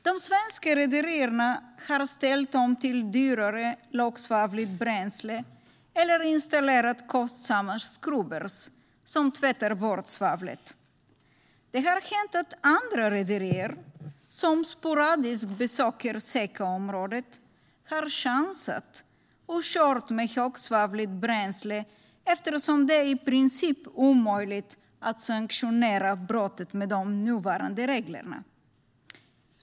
De svenska rederierna har ställt om till dyrare lågsvavligt bränsle eller installerat kostsamma skrubber, som tvättar bort svavlet. Det har hänt att andra rederier, som sporadiskt besöker SECA-området, har chansat och kört med högsvavligt bränsle, eftersom det i princip är omöjligt att ge sanktioner för brottet med de nuvarande reglerna.